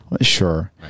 Sure